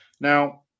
Now